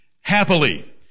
happily